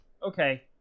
Okay